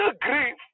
grief